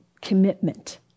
commitment